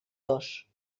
dos